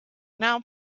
now